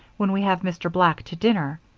when we have mr. black to dinner.